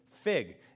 fig